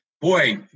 boy